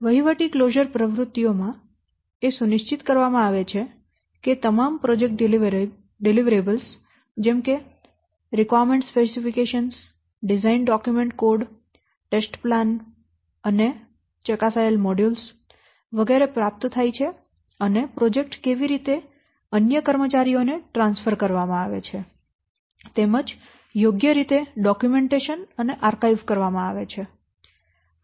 વહીવટી કલોઝર પ્રવૃત્તિઓ માં સુનિશ્ચિત કરવામાં આવે છે કે તમામ પ્રોજેક્ટ ડિલિવરીબલ્સ જેમ કે આવશ્યકતાઓ ની સ્પષ્ટીકરણો ડિઝાઇન દસ્તાવેજો કોડ પરીક્ષણ યોજનાઓ અને ચકાસાયેલ મોડ્યુલ્સ વગેરે પ્રાપ્ત થાય છે અને પ્રોજેક્ટ કેવી રીતે અન્ય કર્મચારીઓને ટ્રાન્સફર કરવામાં આવે છે અને યોગ્ય રીતે દસ્તાવેજીકરણ અને આર્કાઇવ કરવામાં આવે છે